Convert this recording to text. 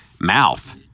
mouth